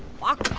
walk,